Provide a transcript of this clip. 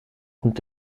und